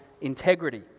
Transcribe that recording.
Integrity